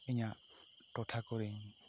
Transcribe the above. ᱤᱧᱟ ᱜ ᱴᱚᱴᱷᱟ ᱠᱚᱨᱮᱧ